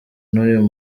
n’uyu